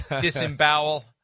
disembowel